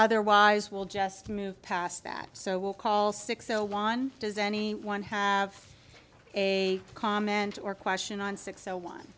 otherwise we'll just move past that so we'll call six zero one does anyone have a comment or question on six zero one